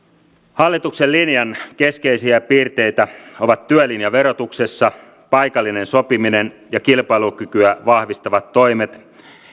hallituksen linjan keskeisiä piirteitä ovat työlinja verotuksessa paikallinen sopiminen ja kilpailukykyä vahvistavat toimet